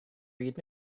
read